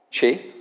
Chi